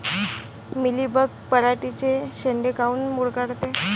Mealybug पराटीचे चे शेंडे काऊन मुरगळते?